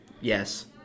Yes